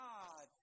God